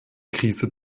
krise